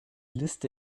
liste